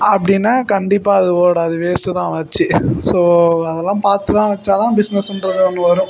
அப்படின்னா கண்டிப்பாக அது ஓடாது வேஸ்ட்டு தான் வச்சு ஸோ அதெல்லாம் பார்த்து தான் வச்சால் தான் பிஸ்னஸுன்றது ஒன்று வரும்